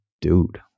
dude